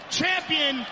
champion